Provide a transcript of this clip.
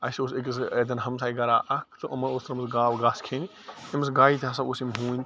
اسہِ اوس أکِس اَتیٚن ہمساے گھرا اَکھ تہٕ یِمو اوس ترٛٲمٕژ گاو گاسہٕ کھیٚنہِ أمِس گایہِ تہِ ہسا اوس أمۍ ہوٗنۍ